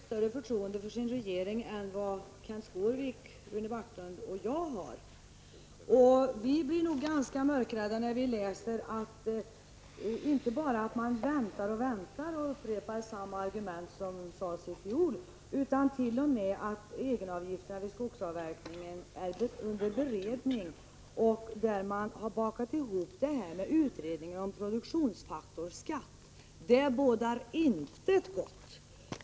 Herr talman! Det är då visst och sant att Nils-Olof Gustafsson har betydligt större förtroende för sin regering än vad Kenth Skårvik, Rune Backlund och jag har. Vi blir nog ganska mörkrädda när vi läser inte bara att man väntar och väntar och upprepar samma argument som gavs i fjol utan t.o.m. att egenavgifterna vid skogsavverkning är under beredning och att man har bakat ihop den saken med utredningen om produktionsfaktorskatt. Det bådar intet gott.